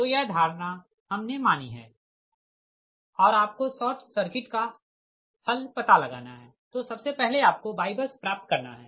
तो यह धारणा हमने मानी है और आपको शॉर्ट सर्किट का हल पता लगाना है तो सबसे पहले आपको YBUS प्राप्त करना है